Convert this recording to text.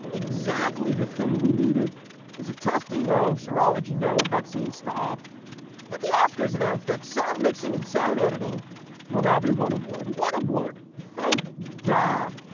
exactly. the thing we needed is a testino serology, no vaccine. stop that. the oscars announced that sound mixing and sound editing will now be one award. one award. thank god.